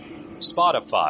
Spotify